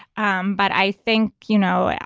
um but i think, you know, yeah